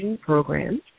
programs